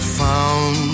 found